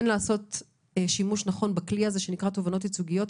לעשות שימוש נכון בכלי הזה שנקרא תובענות ייצוגיות,